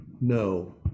no